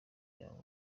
yawe